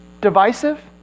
divisive